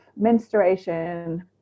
menstruation